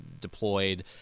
deployed